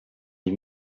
les